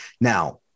now